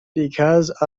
because